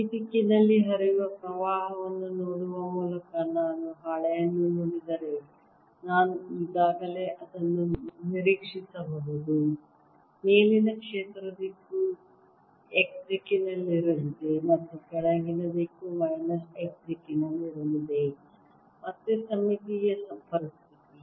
ಈ ದಿಕ್ಕಿನಲ್ಲಿ ಹರಿಯುವ ಪ್ರವಾಹವನ್ನು ನೋಡುವ ಮೂಲಕ ನಾನು ಹಾಳೆಯನ್ನು ನೋಡಿದರೆ ನಾನು ಈಗಾಗಲೇ ಅದನ್ನು ನಿರೀಕ್ಷಿಸಬಹುದು ಮೇಲಿನ ಕ್ಷೇತ್ರ ದಿಕ್ಕು x ದಿಕ್ಕಿನಲ್ಲಿರಲಿದೆ ಮತ್ತು ಕೆಳಗಿನ ದಿಕ್ಕು ಮೈನಸ್ x ದಿಕ್ಕಿನಲ್ಲಿರಲಿದೆ ಮತ್ತೆ ಸಮ್ಮಿತೀಯ ಪರಿಸ್ಥಿತಿ